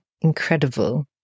Incredible